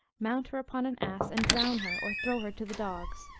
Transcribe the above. mount her upon an ass, and drown her, or throw her to the dogs.